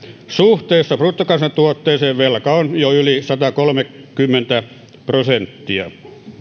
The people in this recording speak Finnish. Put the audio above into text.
suhteessa bruttokansantuotteeseen velka on jo yli satakolmekymmentä prosenttia